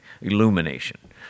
illumination